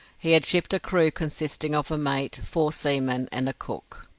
he had shipped a crew consisting of a mate, four seamen, and a cook.